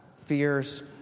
fears